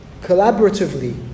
collaboratively